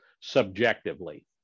subjectively